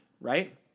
right